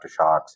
aftershocks